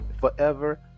forever